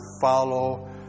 follow